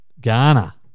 Ghana